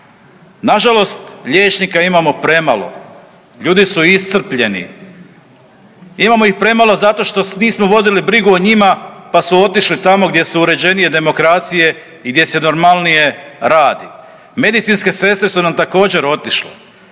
Nažalost liječnika imamo premalo, ljudi su iscrpljeni. Imamo ih premalo zato što nismo vodili brigu o njima, pa su otišli tamo gdje su uređenije demokracije i gdje se normalnije radi. Medicinske sestre su nam također otišle.